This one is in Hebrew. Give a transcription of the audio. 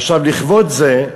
עכשיו, לכבוד זה,